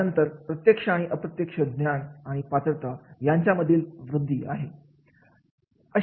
यानंतर प्रत्यक्ष आणि अप्रत्यक्ष ज्ञान आणि पात्रता यामधील वृद्धी आहे